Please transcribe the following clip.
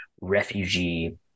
refugee